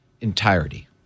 entirety